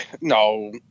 No